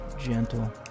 gentle